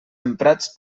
emprats